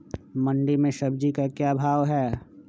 मंडी में सब्जी का क्या भाव हैँ?